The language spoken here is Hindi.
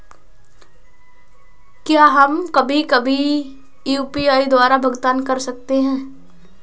क्या हम कभी कभी भी यू.पी.आई द्वारा भुगतान कर सकते हैं?